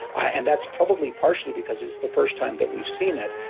and that's probably partially because it's the first time that we've seen it,